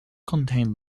contain